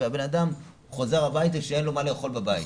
והבן אדם חוזר הביתה שאין לו מה לאכול בבית,